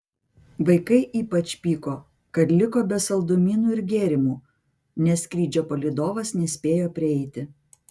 vaikai ypač pyko kad liko be saldumynų ir gėrimų nes skrydžio palydovas nespėjo prieiti